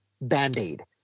band-aid